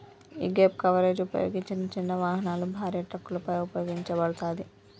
యీ gap coverage ఉపయోగించిన చిన్న వాహనాలు, భారీ ట్రక్కులపై ఉపయోగించబడతాది